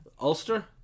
Ulster